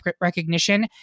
recognition